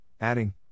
adding